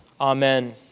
Amen